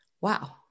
Wow